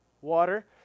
Water